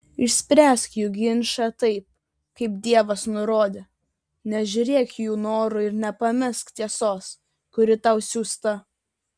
išspręsk jų ginčą taip kaip dievas nurodė nežiūrėk jų norų ir nepamesk tiesos kuri tau siųsta